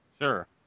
Sure